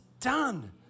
done